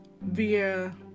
via